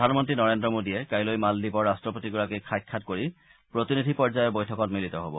প্ৰধানমন্ত্ৰী নৰেন্দ্ৰ মোডীয়ে কাইলৈ মালদ্বীপৰ ৰাষ্ট্ৰপতিগৰাকীক সাক্ষাৎ কৰি প্ৰতিনিধি পৰ্যায়ৰ বৈঠকত মিলিত হ'ব